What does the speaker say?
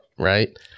Right